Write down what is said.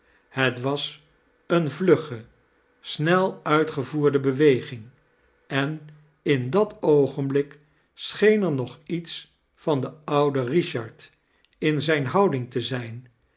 het was eene vlugge snel uiitgevoerde beweging en in dat oogienblik scheen er nog iets van den ouden richard in zdjne houding te zijn